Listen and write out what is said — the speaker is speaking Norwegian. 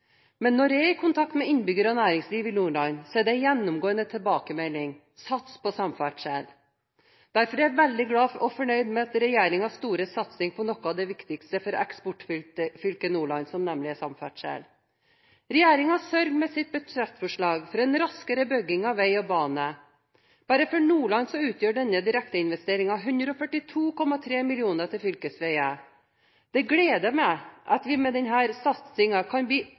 Men når jeg er i kontakt med innbyggere og næringsliv i Nordland, er det én gjennomgående tilbakemelding: Sats på samferdsel. Derfor er jeg veldig glad for og fornøyd med regjeringens store satsing på noe av det viktigste for eksportfylket Nordland, nemlig samferdsel. Regjeringen sørger med sitt budsjettforslag for en raskere bygging av vei og bane. Bare for Nordlands del utgjør denne direkteinvesteringen 142,3 mill. kr til fylkesveier. Det gleder meg at vi med denne satsingen kan bli